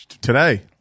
Today